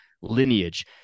lineage